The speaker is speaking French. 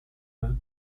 notes